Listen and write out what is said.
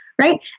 right